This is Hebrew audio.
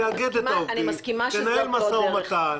שתאגד את העובדים, תנהל משא ומתן.